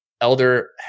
Elder